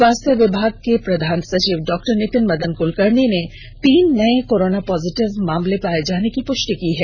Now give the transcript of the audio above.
स्वास्थ्य विभाग के प्रधान सचिव डॉक्टर नितिन मदन कुलकर्णी ने तीन नए कोरोना पॉजिटिव मामले पाए जाने की पुष्टि की है